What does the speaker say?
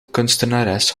kunstenares